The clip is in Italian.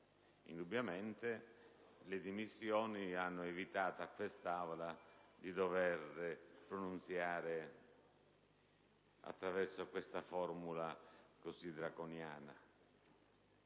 Indubbiamente, le dimissioni hanno evitato a quest'Aula di doversi pronunziare attraverso questa formula così draconiana.